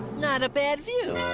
not a bad view.